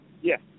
Yes